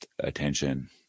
attention